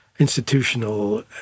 institutional